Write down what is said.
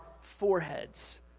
foreheads